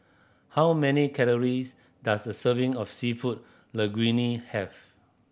how many calories does a serving of Seafood Linguine have